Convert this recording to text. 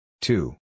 Two